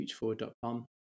futureforward.com